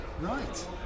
Right